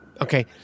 Okay